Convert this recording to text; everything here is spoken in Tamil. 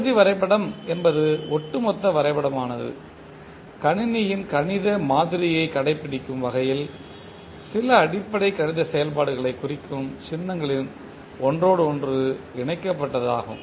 தொகுதி வரைபடம் என்பது ஒட்டுமொத்த வரைபடம் ஆனது கணினியின் கணித மாதிரியைக் கடைப்பிடிக்கும் வகையில் சில அடிப்படை கணித செயல்பாடுகளைக் குறிக்கும் சின்னங்களின் ஒன்றோடொன்று இணைக்கப்பட்டது ஆகும்